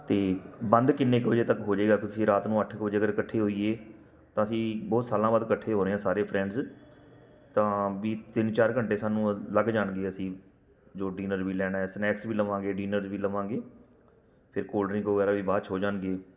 ਅਤੇ ਬੰਦ ਕਿੰਨੇ ਕੁ ਵਜੇ ਤੱਕ ਹੋ ਜਾਵੇਗਾ ਤੁਸੀਂ ਰਾਤ ਨੂੰ ਅੱਠ ਕੁ ਵਜੇ ਅਗਰ ਇਕੱਠੇ ਹੋਈਏ ਤਾਂ ਅਸੀਂ ਬਹੁਤ ਸਾਲਾਂ ਬਾਅਦ ਇਕੱਠੇ ਹੋ ਰਹੇ ਹਾਂ ਸਾਰੇ ਫਰੈਂਡਸ ਤਾਂ ਵੀ ਤਿੰਨ ਚਾਰ ਘੰਟੇ ਸਾਨੂੰ ਲੱਗ ਜਾਣਗੇ ਅਸੀਂ ਜੋ ਡਿਨਰ ਵੀ ਲੈਣਾ ਸਨੈਕਸ ਵੀ ਲਵਾਂਗੇ ਡਿਨਰ ਵੀ ਲਵਾਂਗੇ ਫਿਰ ਕੋਲਡਰਿੰਕ ਵਗੈਰਾ ਵੀ ਬਾਅਦ 'ਚ ਹੋ ਜਾਣਗੇ